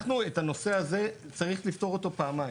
אנחנו את הנושא הזה צריך לפתור אותו פעמיים: